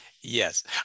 Yes